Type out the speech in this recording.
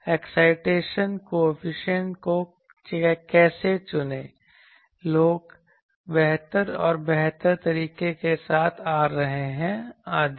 तो excitation coefficient को चुनें कैसे लोग बेहतर और बेहतर तरीके के साथ आ रहे हैं आदि